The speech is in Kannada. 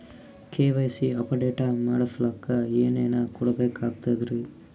ಕೆ.ವೈ.ಸಿ ಅಪಡೇಟ ಮಾಡಸ್ಲಕ ಏನೇನ ಕೊಡಬೇಕಾಗ್ತದ್ರಿ?